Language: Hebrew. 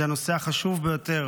זה הנושא החשוב ביותר